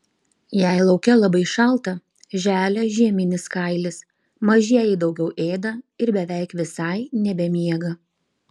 jei lauke labai šalta želia žieminis kailis mažieji daugiau ėda ir beveik visai nebemiega